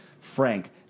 Frank